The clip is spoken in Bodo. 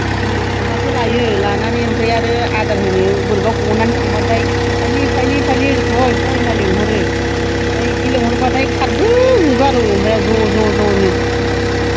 आं अमाखौ लायो लानानै ओमफ्राय आरो आदार होनो बोरैबा ग'नानै थांबाथाय फाइलि फाइलि फाइलि ओरै फय फय होन्नानै लेंहरो ओमफ्राय बिदि लेंहरबाथाय खारबोजोबो आरो अमाया ज' ज' ज'नो गावसोरनो